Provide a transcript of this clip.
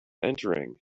entering